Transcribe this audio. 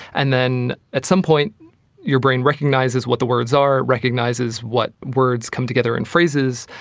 and then at some point your brain recognises what the words are, recognises what words come together in phrases,